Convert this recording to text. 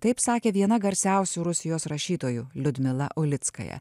taip sakė viena garsiausių rusijos rašytojų liudmila ulitskaja